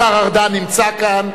השר ארדן נמצא כאן,